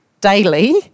Daily